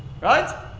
right